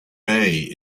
bay